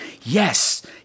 yes